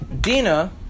Dina